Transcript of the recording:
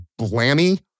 blammy